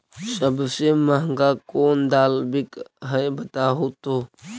सबसे महंगा कोन दाल बिक है बताहु तो?